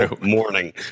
morning